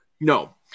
No